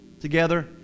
together